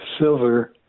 silver